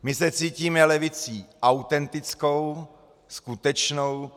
My se cítíme levicí autentickou, skutečnou.